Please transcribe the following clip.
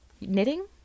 knitting